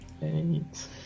Thanks